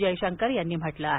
जयशंकर यांनी म्हटलं आहे